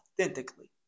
authentically